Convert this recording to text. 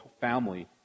family